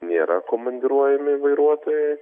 nėra komandiruojami vairuotojai